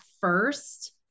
first